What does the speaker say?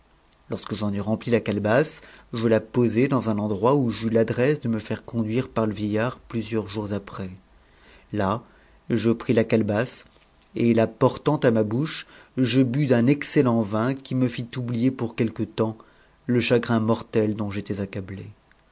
lorsque j'en eus rempli la calebasse je la posai dans un adroit où j'eus l'adresse de me faire conduire par le vieillard plusieurs jours après la je pris la calebasse et la portant à ma bouche je bus a excellent vin qui me fit oublier pour quelque temps le chagrin mortel j'étais accablé